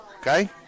okay